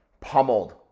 pummeled